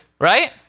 Right